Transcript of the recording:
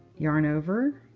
yarn over.